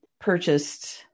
purchased